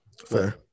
Fair